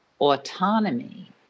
autonomy